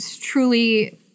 truly—